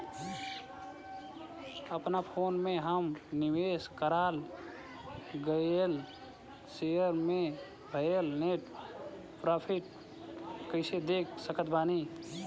अपना फोन मे हम निवेश कराल गएल शेयर मे भएल नेट प्रॉफ़िट कइसे देख सकत बानी?